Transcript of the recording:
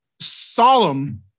solemn